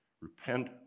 Repent